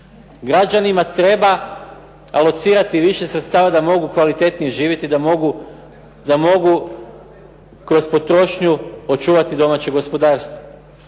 Građanima treba alocirati više sredstava da mogu kvalitetnije živjeti, da mogu kroz potrošnju očuvati domaće gospodarstvo.